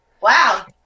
Wow